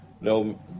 no